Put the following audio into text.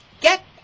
Get